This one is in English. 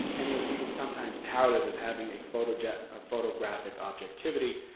and he was even sometimes touted as having a photographic ah photographic objectivity,